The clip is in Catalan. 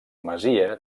masia